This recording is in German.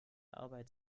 arbeit